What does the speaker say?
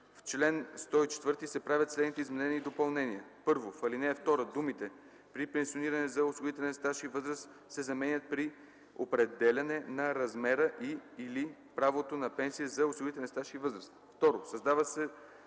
В чл. 104 се правят следните изменения и допълнения: 1. В ал. 2 думите „При пенсиониране за осигурителен стаж и възраст” се заменят с „При определяне на размера и/или правото на пенсия за осигурителен стаж и възраст”.